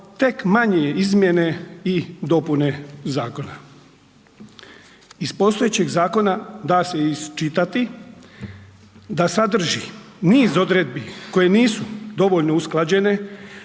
tek manje izmjene i dopune zakona. Iz postojećeg zakona, da se iščitati, da sadrži niz odredbi koje nisu dovoljno usklađene,